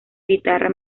guitarra